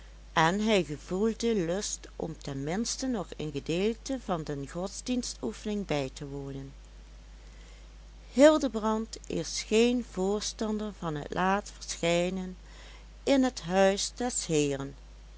en hij gevoelde lust om ten minste nog een gedeelte van de godsdienstoefening bij te wonen hildebrand is geen voorstander van het laat verschijnen in het huis des heeren